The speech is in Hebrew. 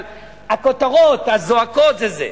אבל הכותרות הזועקות זה זה.